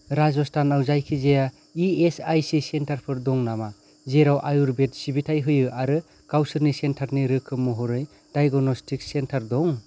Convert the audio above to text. राजस्थानआव जायखिजाया ESIC centre for दं नामा जेराव आयुर्वेद सिबिथाय होयो आरो गावसोरनि सेन्टारनि रोखोम महरै डाइग्नोस्टिक सेन्टार दं